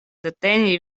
deteni